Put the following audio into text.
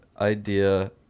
idea